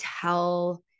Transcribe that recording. tell